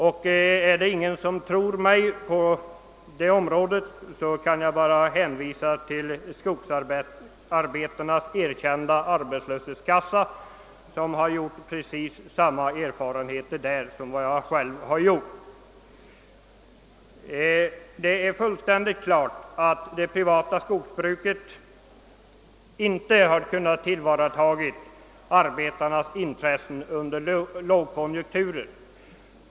Om ni inte tror mig i det fallet kan jag hänvisa till Skogsarbetarnas erkända arbetslöshetskassa. Där har man gjort exakt samma erfarenheter som jag själv. Det är helt klart att det privata skogsbruket inte har kunnat tillvarata skogsarbetarnas intressen under lågkonjunkturer.